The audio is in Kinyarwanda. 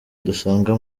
dusanga